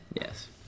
Yes